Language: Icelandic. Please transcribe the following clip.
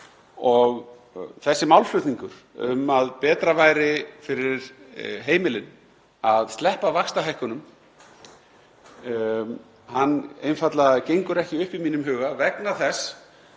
Þessi málflutningur, um að betra væri fyrir heimilin að sleppa vaxtahækkunum, gengur einfaldlega ekki upp í mínum huga. Ef þú